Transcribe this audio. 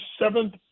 seventh